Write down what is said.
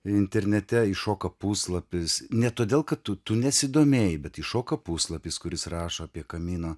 internete iššoka puslapis ne todėl kad tu tu nesidomėjai bet iššoka puslapis kuris rašo apie kamino